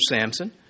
Samson